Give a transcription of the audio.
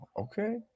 Okay